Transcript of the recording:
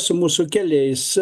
su mūsų keliais